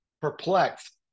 perplexed